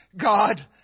God